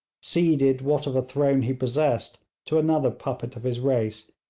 ceded what of a throne he possessed to another puppet of his race,